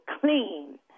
clean